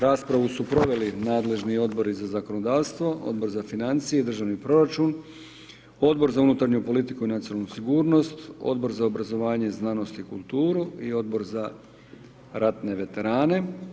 Raspravu su proveli nadležni Odbori za zakonodavstvo, Odbor za financije i državni proračun, Odbor za unutarnju politiku i nacionalnu sigurnost, Odbor za obrazovanje, znanost i kulturu i Odbor za ratne veterane.